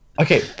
okay